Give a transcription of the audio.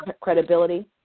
credibility